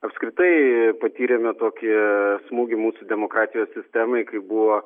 apskritai patyrėme tokį smūgį mūsų demokratijos sistemai kai buvo